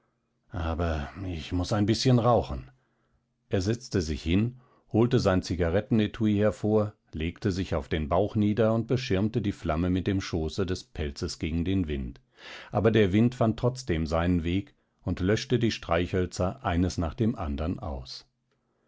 aber ich muß ein bißchen rauchen er setzte sich hin holte sein zigarettenetui hervor legte sich auf den bauch nieder und beschirmte die flamme mit dem schoße des pelzes gegen den wind aber der wind fand trotzdem seinen weg und löschte die streichhölzer eines nach dem andern aus